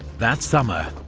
that summer,